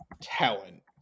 talent